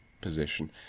position